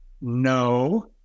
No